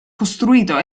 costruito